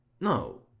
No